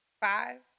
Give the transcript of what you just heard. Five